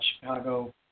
Chicago